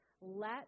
let